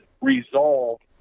resolved